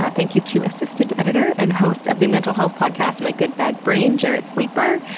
ah thank you to assistant editor, and host of the mental health podcast my good bad brain, jarrett sleeper.